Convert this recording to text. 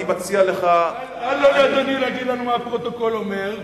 אני מציע לך אל לו לאדוני להגיד לנו מה הפרוטוקול אומר,